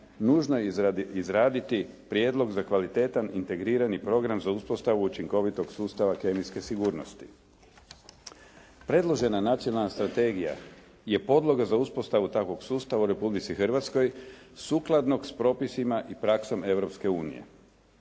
nužno je izraditi prijedlog za kvalitetan integrirani program za uspostavu učinkovitog sustava kemijske sigurnosti. Predložena nacionalna strategija je podloga za uspostavu takvog sustava u Republici Hrvatskoj sukladnog s propisima i praksom